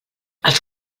els